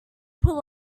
pull